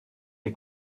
les